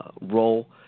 role